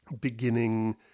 beginning